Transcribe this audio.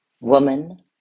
Woman